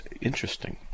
interesting